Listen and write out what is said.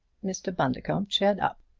mr. bundercombe cheered up.